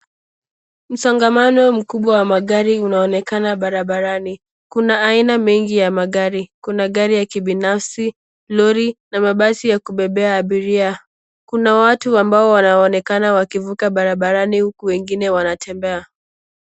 Msongamano mkubwa wa magari unaonekana barabarani. Kuna aina mingi ya magari. Kuna gari ya kibinafsi ,lori na mabasi ya kubebea abiria. Kuna watu ambao wanaonekana wakivuka barabarani huku wengine wanatembea.